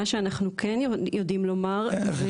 מה שאנחנו כן יודעים לומר.